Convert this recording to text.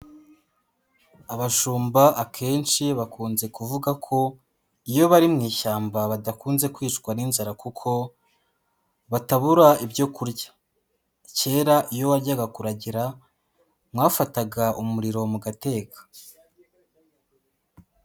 Abashumba akenshi bakunze kuvuga ko, iyo bari mu ishyamba badakunze kwicwa n'inzara, kuko batabura ibyo kurya, kera iyo wajyaga kuragira mwafataga umuriro mugateka.